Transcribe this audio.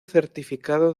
certificado